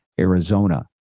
Arizona